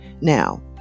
Now